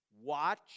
Watch